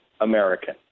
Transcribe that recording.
American